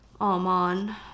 Almond